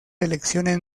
selecciones